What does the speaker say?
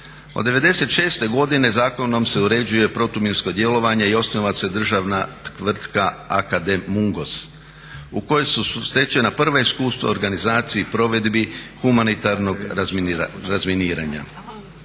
Od '96. godine zakonom se uređuje protuminsko djelovanje i osniva se državna tvrtka AKD Mungos u kojoj su stečena prva iskustva organizaciji, provedbi humanitarnog razminiranja.